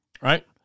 right